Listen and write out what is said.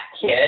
kid